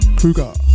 kruger